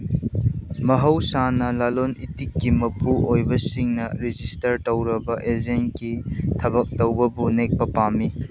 ꯃꯍꯧꯁꯥꯅ ꯂꯂꯣꯟ ꯏꯇꯤꯛꯀꯤ ꯃꯄꯨ ꯑꯣꯏꯕꯁꯤꯡꯅ ꯔꯦꯖꯤꯁꯇꯔ ꯇꯧꯔꯕ ꯑꯦꯖꯦꯟꯀꯤ ꯊꯕꯛ ꯇꯧꯕꯕꯨ ꯅꯦꯛꯄ ꯄꯥꯝꯃꯤ